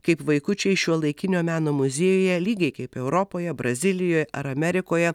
kaip vaikučiai šiuolaikinio meno muziejuje lygiai kaip europoje brazilijoje ar amerikoje